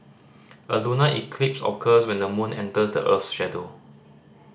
a lunar eclipse occurs when the moon enters the earth's shadow